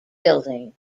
building